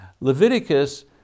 Leviticus